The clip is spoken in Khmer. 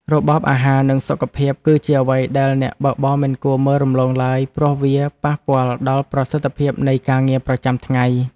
របបអាហារនិងសុខភាពគឺជាអ្វីដែលអ្នកបើកបរមិនគួរមើលរំលងឡើយព្រោះវាប៉ះពាល់ដល់ប្រសិទ្ធភាពនៃការងារប្រចាំថ្ងៃ។